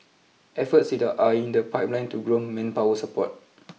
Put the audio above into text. efforts are in the pipeline to grow manpower support